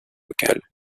locale